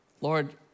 Lord